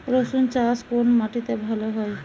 রুসুন চাষ কোন মাটিতে ভালো হয়?